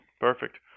Perfect